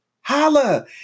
Holla